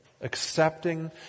accepting